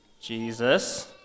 Jesus